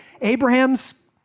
Abraham's